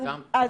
מסכימים?